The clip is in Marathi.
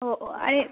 हो ओ आहे